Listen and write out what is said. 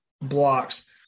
blocks